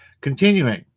Continuing